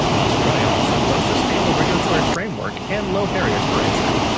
australia also boasts a stable regulatory framework and low barriers for entry.